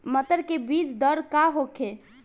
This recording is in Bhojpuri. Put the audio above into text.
मटर के बीज दर का होखे?